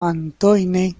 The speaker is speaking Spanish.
antoine